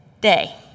Day